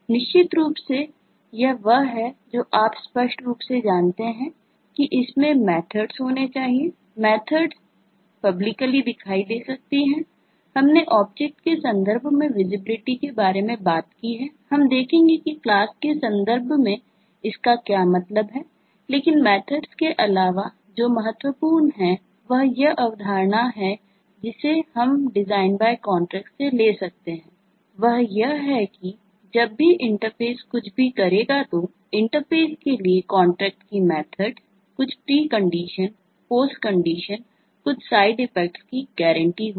निश्चित रूप से यह वह है जो आप स्पष्ट रूप से जानते हैं कि इसमें मेथड्स कुछ प्रीकंडीशन पोस्टकंडीशन कुछ साइड इफेक्ट की गारंटी होगी